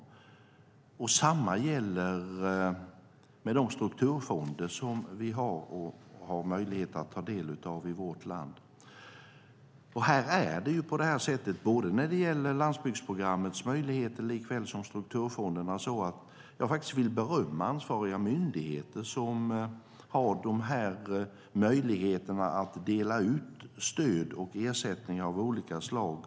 Samma sak gäller de strukturfonder som vi har möjligheter att ta del av i vårt land. När det gäller landsbygdsprogrammet såväl som strukturfonderna vill jag berömma ansvariga myndigheter som inom sina väggar har möjligheter att dela ut stöd och ersättningar av olika slag.